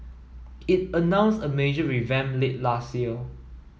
it announced a major revamp late last year